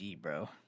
bro